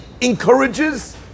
encourages